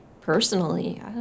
personally